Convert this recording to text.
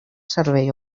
servei